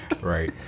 right